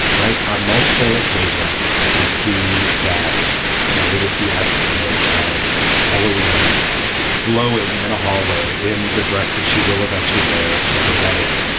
right. on multiple occasions we see that pure idiocy. aske image of halloween is glowing in and a hallway in the dress that she will eventually wear to her wedding.